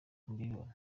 mbibona